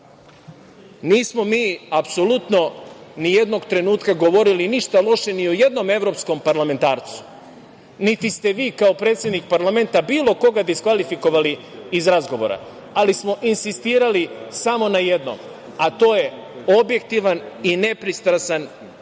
govor? Nismo mi apsolutno ni jednog trenutka govorili ništa loše ni o jednom evropskom parlamentarcu, niti ste vi kao predsednik parlamenta bilo koga diskvalifikovali iz razgovara, ali smo insistirali samo na jednom, a to je objektivan i nepristrasan pristup